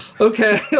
Okay